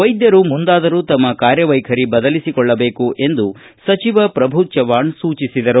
ವೈದ್ಯರು ಮುಂದಾದರೂ ತಮ್ಮ ಕಾರ್ಯವೈಖರಿ ಬದಲಿಸಿಕೊಳ್ಳಬೇಕು ಎಂದು ಸಚಿವ ಪ್ರಭು ಚವ್ವಾಣ ಸೂಚಿಸಿದರು